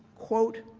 quote,